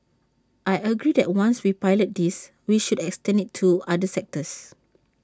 I agree that once we pilot this we should extend IT to other sectors